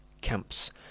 camps